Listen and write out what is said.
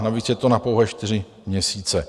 Navíc je to na pouhé čtyři měsíce.